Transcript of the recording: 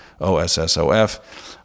O-S-S-O-F